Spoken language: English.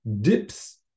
dips